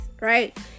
right